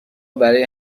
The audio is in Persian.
برای